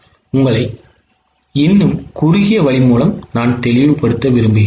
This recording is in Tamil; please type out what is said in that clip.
உங்களை இன்னும் குறுகிய வழி மூலம் தெளிவுபடுத்த விரும்புகிறேன்